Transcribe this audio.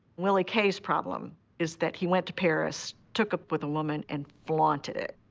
willie k s problem is that he went to paris, took up with a woman and flaunted it.